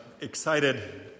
excited